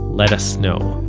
let us know.